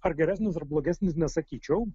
ar geresnis ar blogesnis nesakyčiau